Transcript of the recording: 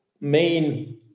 main